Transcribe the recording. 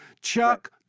Chuck